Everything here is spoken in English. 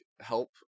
help